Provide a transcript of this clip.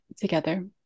together